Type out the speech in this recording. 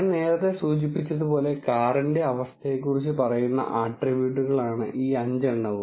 ഞാൻ നേരത്തെ സൂചിപ്പിച്ചതുപോലെ കാറിന്റെ അവസ്ഥയെക്കുറിച്ച് പറയുന്ന ആട്രിബ്യൂട്ടുകളാണ് ഈ 5 എണ്ണവും